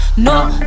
No